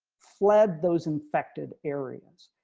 fled those infected areas,